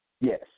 Yes